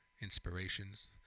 inspirations